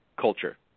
culture